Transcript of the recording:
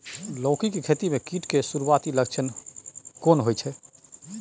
लौकी के खेती मे कीट के सुरूआती लक्षण केना होय छै?